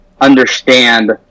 understand